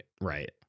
Right